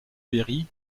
berry